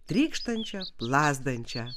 trykštančią plazdančią